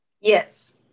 Yes